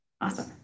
awesome